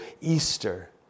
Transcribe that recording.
Easter